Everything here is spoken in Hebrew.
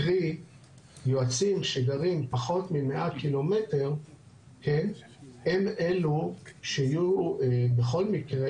קרי יועצים שגרים פחות מ-100 ק"מ הם אלו שיהיו בכל מקרה